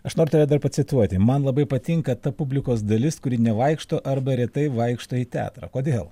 aš noriu tave dar pacituoti man labai patinka ta publikos dalis kuri nevaikšto arba retai vaikšto į teatrą kodėl